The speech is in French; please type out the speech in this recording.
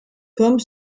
comme